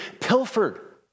pilfered